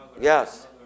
Yes